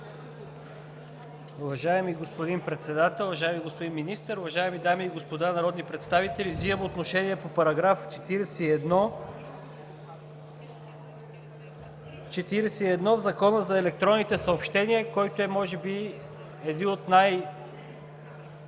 Уважаеми господин Председател, уважаеми господин Министър, уважаеми дами и господа народни представители! Вземам отношение по § 41 в Закона за електронните съобщения, който е може би един от